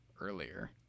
earlier